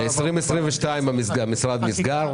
ב-2022 הוא ייסגר.